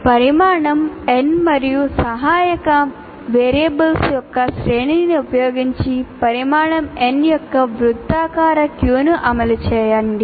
• పరిమాణం n మరియు సహాయక వేరియబుల్స్ యొక్క శ్రేణిని ఉపయోగించి పరిమాణం n యొక్క వృత్తాకార క్యూను అమలు చేయండి